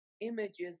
images